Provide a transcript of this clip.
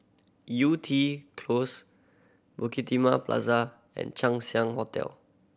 Yew Tee Close Bukit Timah Plaza and Chang Ziang Hotel